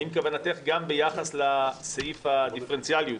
האם כוונתך גם ביחס לסעיף הדיפרנציאליות,